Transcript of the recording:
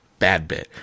BadBit